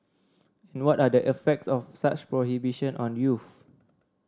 and what are effects of such prohibition on youths